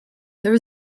there